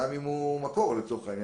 גם אם הוא מקור לצורך העניין.